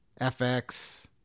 FX